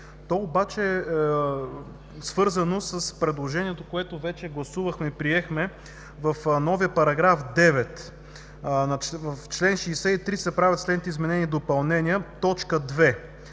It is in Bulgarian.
то обаче е свързано с предложението, което вече гласувахме и приехме в новия § 9. „В чл. 63 се правят следните изменения и допълнения: „2.